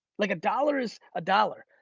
like a dollar is a dollar.